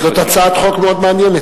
זאת הצעת חוק מאוד מעניינת,